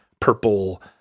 purple